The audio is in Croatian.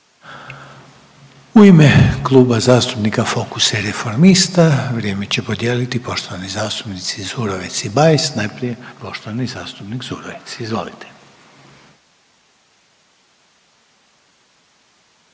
U ime Kluba zastupnika Fokusa i Reformista vrijeme će podijeliti poštovani zastupnici Zurovec i Bajs. Najprije poštovani zastupnik Zurovec, izvolite.